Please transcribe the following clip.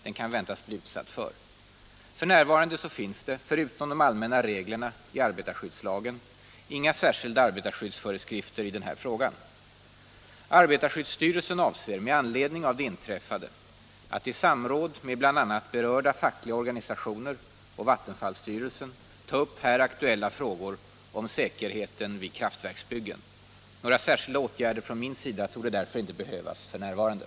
Det är inte svårt att tänka sig konsekvenserna om olyckan inträffat under pågående arbete, och från fackets sida ser man mycket kritiskt på uteblivna förebyggande åtgärder. Är statsrådet beredd att undersöka vilka säkerhetsåtgärder som ytterligare kan föreskrivas för att skydda den arbetskraft som sysselsätts vid liknande arbeten?